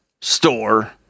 store